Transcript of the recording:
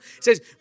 says